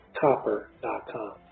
Copper.com